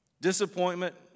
Disappointment